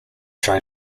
try